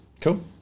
cool